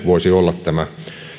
voisi olla tämä